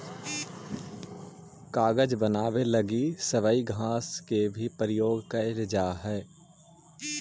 कागज बनावे लगी सबई घास के भी प्रयोग कईल जा हई